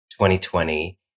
2020